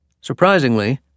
Surprisingly